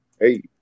Hey